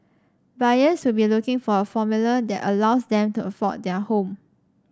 buyers will be looking for a formula that allows them to afford their home